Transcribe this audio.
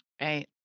Right